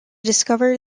discover